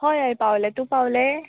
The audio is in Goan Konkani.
हय हय पावलें तूं पावलें